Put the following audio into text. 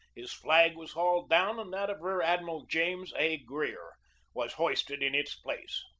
his flag was hauled down and that of rear admiral james a. greer was hoisted in its place.